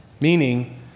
meaning